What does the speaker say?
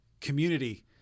community